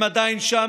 הם עדיין שם.